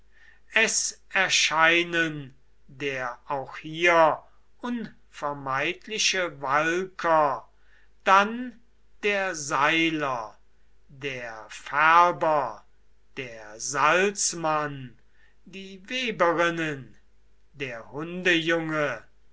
es erscheinen der auch hier unvermeidliche walker dann der seiler der färber der salzmann die weberinnen der